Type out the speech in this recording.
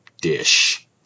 dish